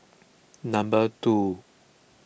number two